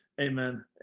Amen